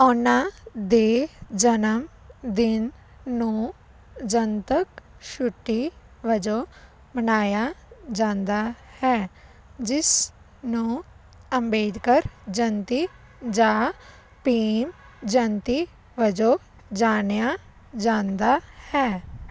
ਉਨ੍ਹਾਂ ਦੇ ਜਨਮ ਦਿਨ ਨੂੰ ਜਨਤਕ ਛੁੱਟੀ ਵਜੋਂ ਮਨਾਇਆ ਜਾਂਦਾ ਹੈ ਜਿਸ ਨੂੰ ਅੰਬੇਦਕਰ ਜਯੰਤੀ ਜਾਂ ਭੀਮ ਜਯੰਤੀ ਵਜੋਂ ਜਾਣਿਆ ਜਾਂਦਾ ਹੈ